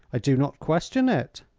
i do not question it.